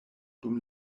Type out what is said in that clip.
dum